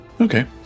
Okay